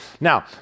Now